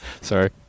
Sorry